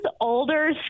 older